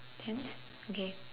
tent okay